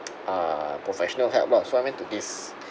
uh professional help lah so I went to this